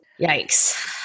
yikes